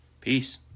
Peace